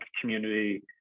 community